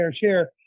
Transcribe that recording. share